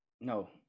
No